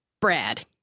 brad